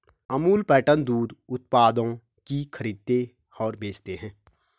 Amul pattern दूध उत्पादों की खरीदते और बेचते है